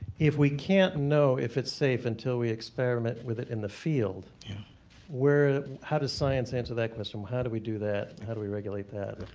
if we can't know if its safe until we experiment with it in the field where how does science answer that question, um how do we do that, how do we regulate that?